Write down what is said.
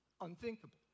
Unthinkable